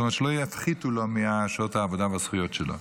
זאת אומרת שלא יפחיתו לו משעות העבודה והזכויות שלו,